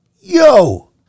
Yo